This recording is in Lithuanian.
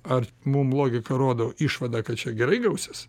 ar mum logika rodo išvadą kad čia gerai gausis